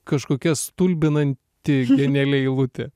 kažkokia stulbinanti geniali eilutė